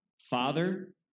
father